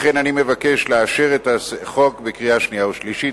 לכן אני מבקש לאשר את החוק בקריאה שנייה ובקריאה שלישית.